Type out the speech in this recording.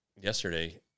yesterday